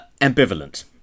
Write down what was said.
ambivalent